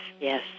Yes